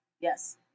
Yes